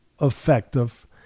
effective